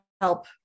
help